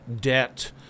debt